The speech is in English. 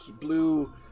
blue